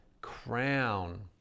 crown